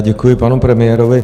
Děkuji panu premiérovi.